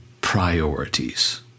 priorities